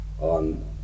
on